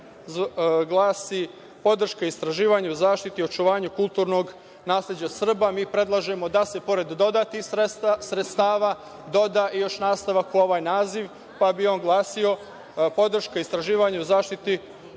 glasi – podrška istraživanju, zaštiti, očuvanju kulturnog nasleđa Srba. Mi predlažemo da se pored dodatnih sredstava doda još nastavak u ovaj naziv pa bi on glasio – podrška istraživanju, zaštiti